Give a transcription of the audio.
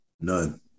none